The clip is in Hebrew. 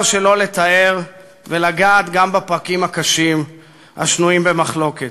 שלא לתאר ולגעת גם בפרקים הקשים השנויים במחלוקת: